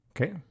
okay